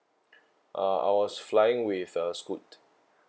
uh I was flying with uh scoot